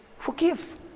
forgive